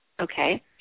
Okay